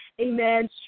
Amen